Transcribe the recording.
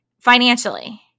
financially